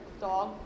dog